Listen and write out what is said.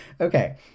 Okay